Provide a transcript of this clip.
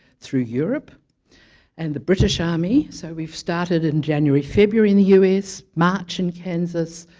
through europe and the british army. so we've started in january february in the us, march in kansas